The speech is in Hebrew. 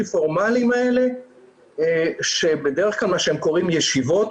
פורמליים האלה שבדרך כלל מה שהם קוראים "ישיבות",